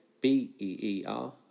B-E-E-R